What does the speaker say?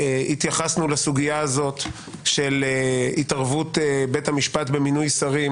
התייחסנו לסוגיה הזאת של התערבות בית המשפט במינוי שרים,